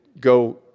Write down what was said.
go